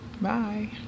Bye